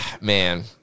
man